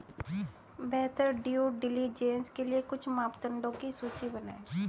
बेहतर due diligence के लिए कुछ मापदंडों की सूची बनाएं?